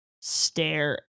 stare